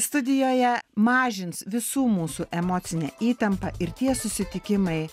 studijoje mažins visų mūsų emocinę įtampą ir tie susitikimai